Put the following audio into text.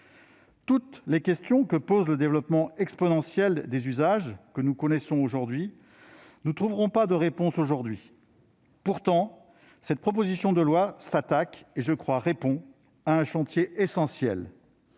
Toutes les questions que pose le développement exponentiel des usages ne trouveront pas de réponse aujourd'hui. Pourtant, cette proposition de loi s'attaque et, je le crois, répond à un chantier essentiel,